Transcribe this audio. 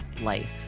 life